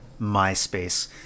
myspace